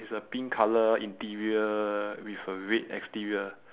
it's a pink colour interior with a red exterior